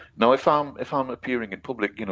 now if um if i'm appearing in public, you know